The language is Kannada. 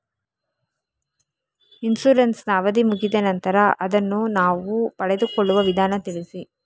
ಇನ್ಸೂರೆನ್ಸ್ ನ ಅವಧಿ ಮುಗಿದ ನಂತರ ಅದನ್ನು ನಾವು ಪಡೆದುಕೊಳ್ಳುವ ವಿಧಾನ ತಿಳಿಸಿ?